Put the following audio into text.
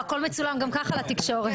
הכול מצולם גם ככה לתקשורת.